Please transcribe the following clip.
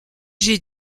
j’ai